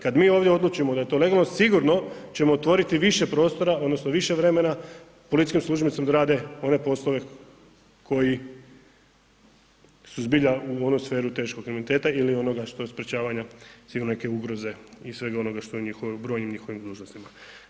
Kad mi ovdje odlučimo da je to legalno sigurno ćemo otvoriti više prostora odnosno više vremena policijskim službenicima da rade one poslove koji su zbilja u onu sferu teškog kriminaliteta ili onoga što sprječavanja sigurno neke ugroze i svega onoga što je njihovim, u brojnim njihovim dužnostima.